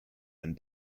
and